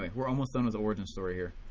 but we're almost done with the origin story here.